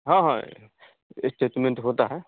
हाँ हाँ यह इस्टैट्मेंट होता है